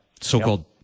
so-called